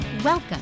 Welcome